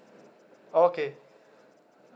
oh okay